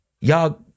Y'all